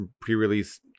pre-release